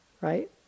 right